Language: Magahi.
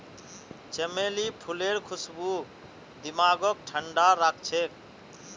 चमेली फूलेर खुशबू दिमागक ठंडा राखछेक